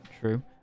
true